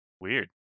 weird